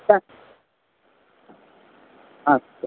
त अछा